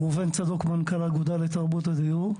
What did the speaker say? ראובן צדוק, מנכ"ל האגודה לתרבות הדיור.